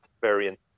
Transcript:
variant